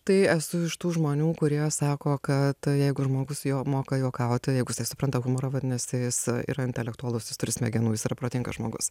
tai esu iš tų žmonių kurie sako kad jeigu žmogus jo moka juokauti jeigu jisai supranta humorą vadinasi jis yra intelektualus jis turi smegenų jis yra protingas žmogus